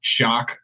shock